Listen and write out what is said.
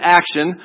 action